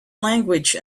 language